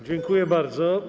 Dziękuję bardzo.